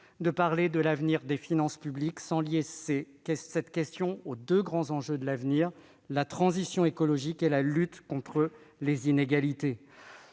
de parler de l'avenir des finances publiques sans lier cette question aux deux grands enjeux de l'avenir : la transition écologique et la lutte contre les inégalités.